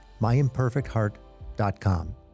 myimperfectheart.com